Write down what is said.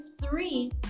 three